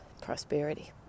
prosperity